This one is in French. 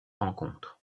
rencontre